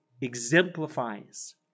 exemplifies